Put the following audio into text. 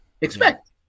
expect